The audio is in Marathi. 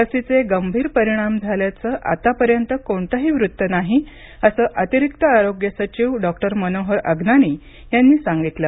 लसीचे गभीर परिणाम झाल्याचं आतापर्यंत कोणतंही वृत्त नाही असं अतिरिक्त आरोग्य सचिव डॉक्टर मनोहर अगनानी यांनी सांगितलं